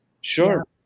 Sure